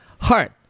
heart